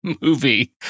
movie